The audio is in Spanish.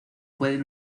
pueden